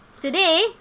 Today